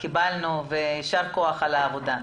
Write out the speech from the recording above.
יישר כוח על העבודה.